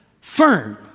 firm